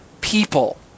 people